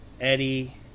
Eddie